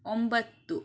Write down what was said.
ಒಂಬತ್ತು